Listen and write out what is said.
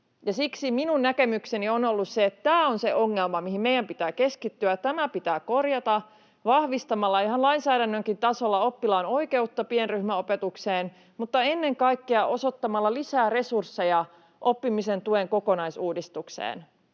Siksi minun näkemykseni on ollut se, että tämä on se ongelma, mihin meidän pitää keskittyä, ja tämä pitää korjata vahvistamalla ihan lainsäädännönkin tasolla oppilaan oikeutta pienryhmäopetukseen mutta ennen kaikkea osoittamalla lisää resursseja oppimisen tuen kokonaisuudistukseen.